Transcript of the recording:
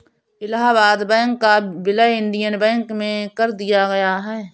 Allahabad bank का विलय Indian bank में कर दिया गया है